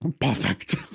perfect